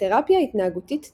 ותרפיה התנהגותית דיאלקטית.